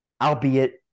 Albeit